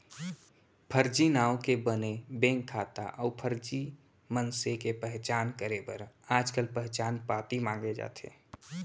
फरजी नांव के बने बेंक खाता अउ फरजी मनसे के पहचान करे बर आजकाल पहचान पाती मांगे जाथे